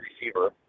receiver